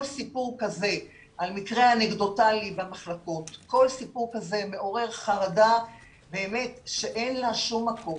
כל סיפור כזה על מקרה אנקדוטלי במחלקות מעורר חרדה שאין לה שום מקום.